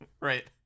Right